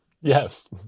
yes